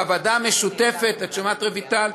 והוועדה המשותפת, את שומעת, רויטל?